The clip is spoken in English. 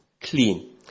clean